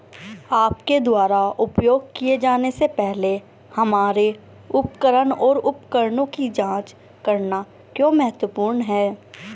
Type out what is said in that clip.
आपके द्वारा उपयोग किए जाने से पहले हमारे उपकरण और उपकरणों की जांच करना क्यों महत्वपूर्ण है?